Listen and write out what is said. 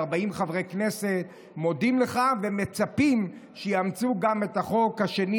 כ-40 חברי כנסת מודים לך ומצפים שיאמצו גם את החוק השני,